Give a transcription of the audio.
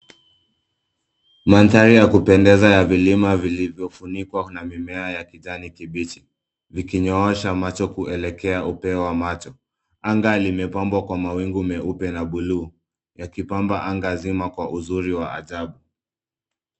Mandhari ya kupendeza ya vilima vilivyofunikwa na mimea ya kijani kibichi vikinyoosha macho kuelekea upeo wa macho. Anga limepambwa kwa mawingu meupe na buluu, yakipamba anga zima kwa uzuri wa ajabu.